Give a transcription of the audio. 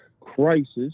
crisis